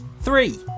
three